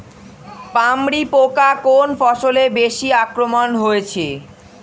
পামরি পোকা কোন ফসলে বেশি আক্রমণ হয়েছে?